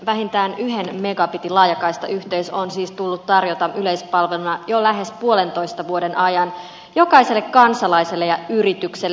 vähintään yhden megabitin laajakaistayhteys on siis tullut tarjota yleispalveluna jo lähes puolentoista vuoden ajan jokaiselle kansalaiselle ja yritykselle